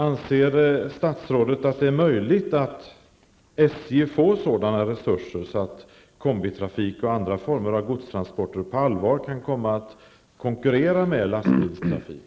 Anser statsrådet att det är möjligt att ge SJ sådana resurser att kombitrafik och andra former av godstransporter på allvar kan komma att konkurrera med lastbilstrafik?